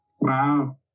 Wow